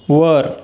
वर